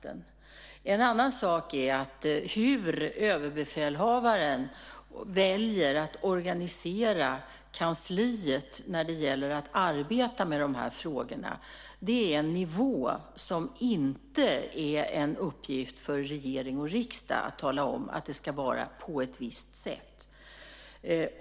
En annan sak är hur överbefälhavaren väljer att organisera kansliet när det gäller att arbeta med dessa frågor. Det är på en sådan nivå att det inte är en uppgift för regering och riksdag att tala om att det ska vara på ett visst sätt.